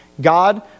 God